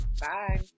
Bye